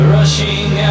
Rushing